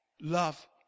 love